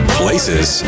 places